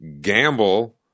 gamble